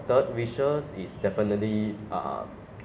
然后你以后出去找找工作